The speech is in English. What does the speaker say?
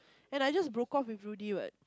and I just broke off with Rudy what